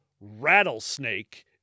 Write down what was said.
rattlesnake